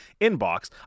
inbox